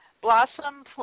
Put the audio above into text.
blossom